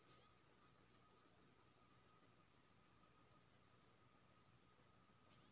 फब्बारा प्रणाली सिंचाई कोनसब फसल के लेल नीक अछि आरो एक एकर मे कतेक खर्च लागत?